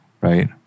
right